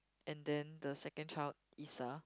and then the second child Issa